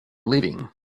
leaving